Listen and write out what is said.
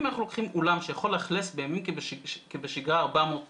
אם אנחנו לוקחים אולם שיכול לאכלס בימים כבשגרה עד 400 איש,